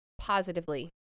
positively